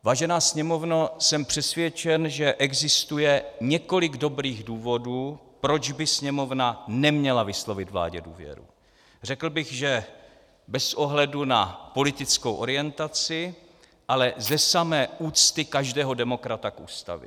Vážená Sněmovno, jsem přesvědčen, že existuje několik dobrých důvodů, proč by Sněmovna neměla vyslovit vládě důvěru, řekl bych, že bez ohledu na politickou orientaci, ale ze samé úcty každého demokrata k Ústavě.